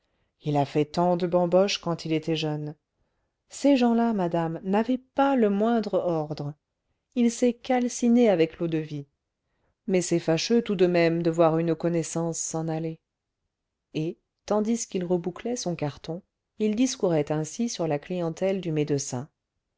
il a fait tant de bamboches quand il était jeune ces gens-là madame n'avaient pas le moindre ordre il s'est calciné avec l'eau-de-vie mais c'est fâcheux tout de même de voir une connaissance s'en aller et tandis qu'il rebouclait son carton il discourait ainsi sur la clientèle du médecin